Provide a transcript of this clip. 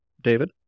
David